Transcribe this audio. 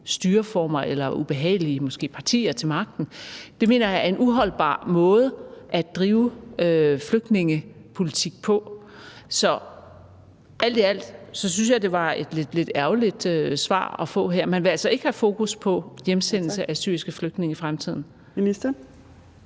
styreformer eller måske ubehagelige partier ved magten? Det mener jeg er en uholdbar måde at drive flygtningepolitik på. Så alt i alt synes jeg, at det var et lidt ærgerligt svar at få her. Man vil altså ikke have fokus på hjemsendelse af syriske flygtninge i fremtiden. Kl.